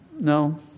No